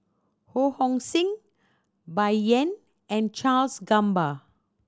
Ho Hong Sing Bai Yan and Charles Gamba